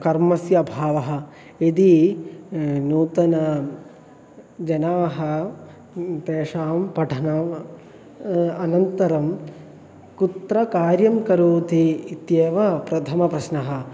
कर्मस्य अभावः यदि नूतन जनाः तेषां पठनम् अनन्तरं कुत्र कार्यं करोति इत्येव प्रथमप्रश्नः